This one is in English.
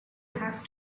have